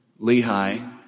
Lehi